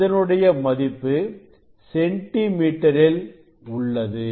இதனுடைய மதிப்பு சென்டி மீட்டரில் உள்ளது